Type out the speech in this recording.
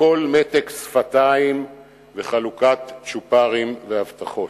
הכול מתק שפתיים וחלוקת צ'ופרים והבטחות".